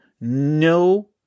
no